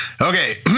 Okay